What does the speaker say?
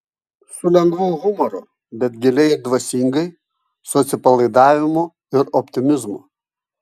su lengvu humoru bet giliai ir dvasingai su atsipalaidavimu ir optimizmu